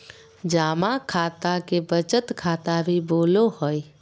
जमा खाता के बचत खाता भी बोलो हइ